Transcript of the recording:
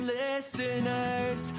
listeners